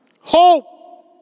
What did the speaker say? hope